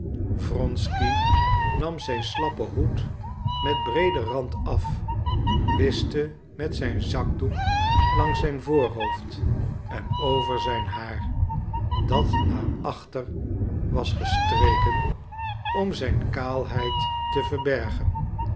wronsky nam zijn slappen hoed met breeden rand af wischte met zijn zakdoek langs zijn voorhoofd en over zijn haar dat naar achter was gestreken om zijn kaalheid te verbergen